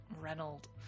Reynolds